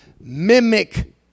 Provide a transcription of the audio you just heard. Mimic